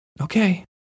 Okay